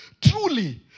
Truly